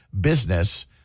business